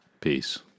peace